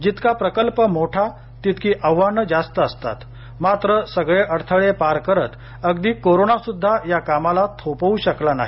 जितका प्रकल्प मोठा तितकी अव्हानं जास्त असतात मात्र सगळे अडथळे पार करत अगदी कोरोनासुद्धा या कामाला थोपवू शकला नाही